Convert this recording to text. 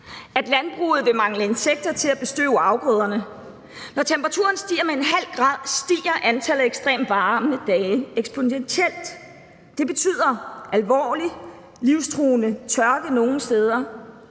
at landbruget vil mangle insekter til at bestøve afgrøderne. Når temperaturen stiger med ½ grad, stiger antallet af ekstremt varme dage eksponentielt, og det betyder alvorlig, livstruende tørke nogle steder